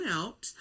out